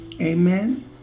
Amen